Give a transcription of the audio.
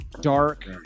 dark